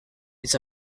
its